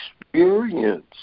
experience